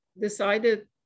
decided